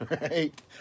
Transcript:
right